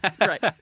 Right